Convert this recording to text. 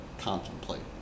contemplate